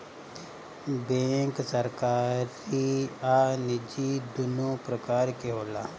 bank सरकारी आ निजी दुनु प्रकार के होला